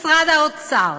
משרד האוצר,